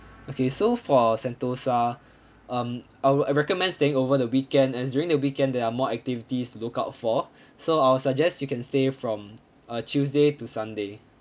okay so for sentosa um I would I recommend staying over the weekend as during the weekend there are more activities to look out for so I'll suggest you can stay from uh tuesday to sunday